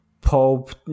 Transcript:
Pope